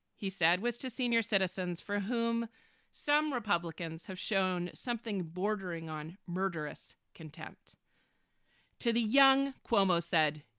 he said, was to senior citizens for whom some republicans have shown something bordering on murderous contempt to the young, cuomo said,